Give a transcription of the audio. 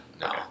no